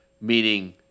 meaning